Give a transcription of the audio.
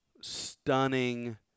stunning